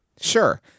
Sure